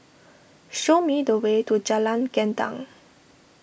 show me the way to Jalan Gendang